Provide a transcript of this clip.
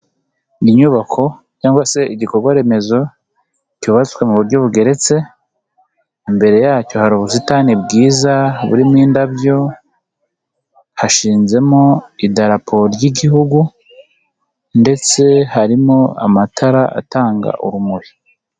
Ni inyubako cyangwa se igikorwa remezo cyubatswe mu buryo bugeretse, imbere yacyo hari ubusitani bwiza burimo indabyo, hashinmo idarapo ry'Igihugu ndetse harimo amatara atanga urumuri.